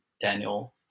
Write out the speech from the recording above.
Daniel